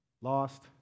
Lost